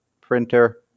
printer